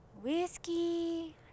Whiskey